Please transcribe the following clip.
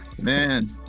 man